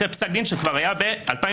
אחרי פסק דין שהיה ב-2006.